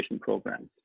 programs